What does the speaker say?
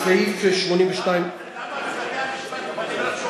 למה בבתי-המשפט ממנים רק שופט?